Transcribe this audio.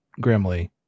Grimly